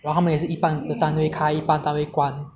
然后每一次一半个摊位开一半摊位关